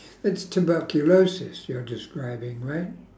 that's tuberculosis you're describing right